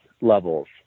levels